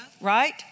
Right